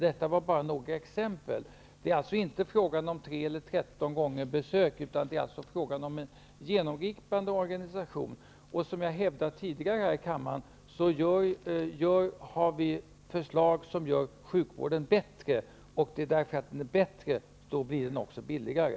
Det är alltså inte fråga om huruvida man besöker en läkare 3 eller 13 gånger per år. Det är fråga om en genomgripande organisation. Som jag har hävdat tidigare här i kammaren har vi förslag som gör sjukvården bättre. Om sjukvården blir bättre så blir den också billigare.